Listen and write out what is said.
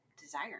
desire